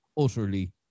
Utterly